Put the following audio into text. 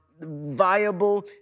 viable